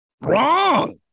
Wrong